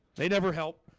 they never helped